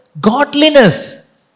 godliness